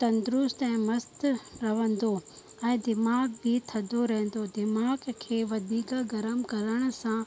तंदुरुस्त ऐं मस्तु रहंदो ऐं दिमाग़ बि थधो रहंदो दिमाग़ खे वधीक गरम करण सां